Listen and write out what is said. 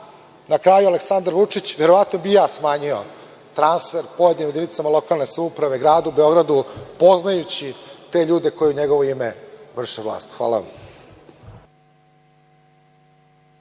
na kraju, Aleksandar Vučić, verovatno bih i ja smanjio transfer pojedinim jedinicama lokalne samouprave, Gradu Beogradu, poznajući te ljude koji u njegovo ime vrše vlast. Hvala.